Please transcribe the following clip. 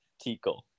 Tico